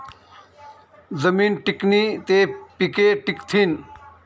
जमीन टिकनी ते पिके टिकथीन